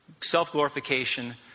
self-glorification